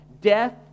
Death